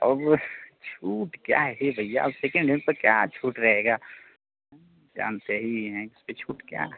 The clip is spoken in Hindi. अब छूट क्या है भैया सेकेंड हेंड पर क्या छूट रहेगा जानते ही हैं इस पर छूट क्या